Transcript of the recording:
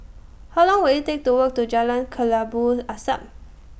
How Long Will IT Take to Walk to Jalan Kelabu Asap